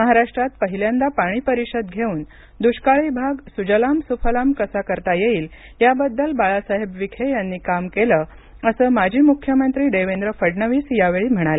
महाराष्ट्रात पहिल्यांदा पाणी परिषद घेऊन दुष्काळी भाग सुजलाम सुफलाम कसा करता येईल याबद्दल बाळासाहेब विखे यांनी काम केले असं माजी मुख्यमंत्री देवेंद्र फडणवीस यावेळी म्हणाले